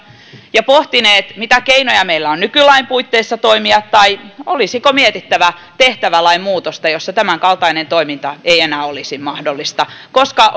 ja pohtineet mitä keinoja meillä on nykylain puitteissa toimia vai olisiko mietittävä tehtävälain muutosta jossa tämänkaltainen toiminta ei enää olisi mahdollista koska